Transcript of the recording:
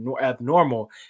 abnormal